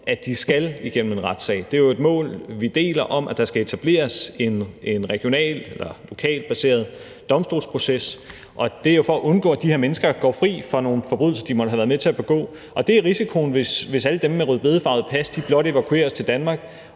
at de skal igennem en retssag. Det er jo et mål, vi deler, om, at der skal etableres en regional eller lokalt baseret domstolsproces. Det er for at undgå, at de her mennesker går fri for nogle forbrydelser, de måtte have været med til at begå, og det er risikoen, hvis alle dem med et rødbedefarvet pas blot evakueres til Danmark